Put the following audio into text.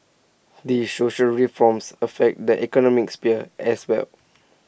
these social reforms affect the economic sphere as well